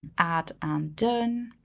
add done,